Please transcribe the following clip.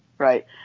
Right